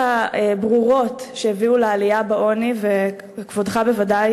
תודה לך, כבוד השר.